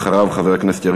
חבר הכנסת דב חנין,